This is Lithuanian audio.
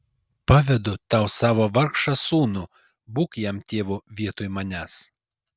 pavedu tau savo vargšą sūnų būk jam tėvu vietoj manęs